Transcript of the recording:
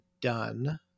done